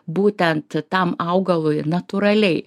būtent tam augalui ir natūraliai